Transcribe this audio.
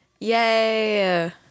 Yay